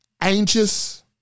Anxious